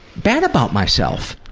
bad about myself.